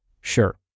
Sure